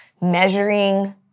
measuring